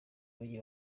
bumenyi